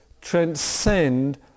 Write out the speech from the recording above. transcend